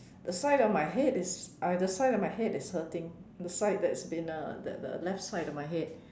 the side of my head is I the side of my head is hurting the side that's been uh that the left side of my head